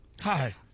Hi